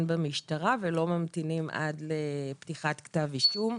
במשטרה ולא ממתינים עד לפתיחת כתב אישום,